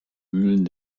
mühlen